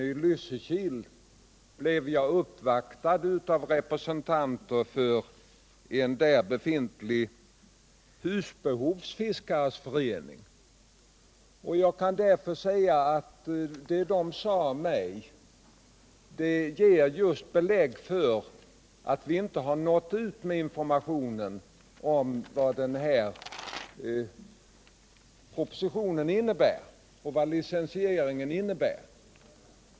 I Lysekil blev jag uppvaktad av representanter för en där befintlig husbehovsfiskares förening. Det som de sade mig ger just belägg för att vi inte har nått ut med informationen om vad den här propositionen innebär och vad licensieringen innebär.